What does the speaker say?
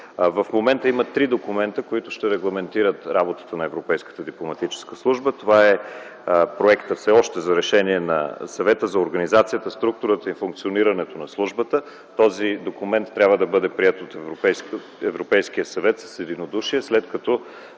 В момента има три документа, които ще регламентират работата на европейската дипломатическа служба. Това е проектът, все още, за решение на Съвета за организацията, структурата и функционирането на службата. Този документ трябва да бъда приет от Европейския съвет с единодушие, след като